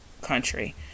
country